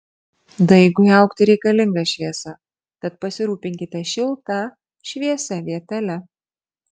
daigui augti reikalinga šviesa tad pasirūpinkite šilta šviesia vietele